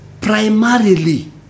primarily